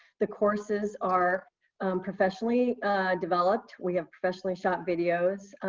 the courses are professionally developed. we have professionally shot videos.